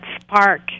spark